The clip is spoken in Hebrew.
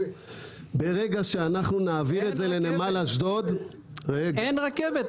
ברגע שאנחנו נעביר את זה לנמל אשדוד -- אין רכבת.